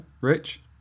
Rich